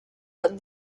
but